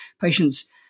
patients